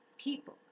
People